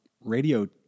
radio